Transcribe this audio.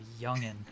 youngin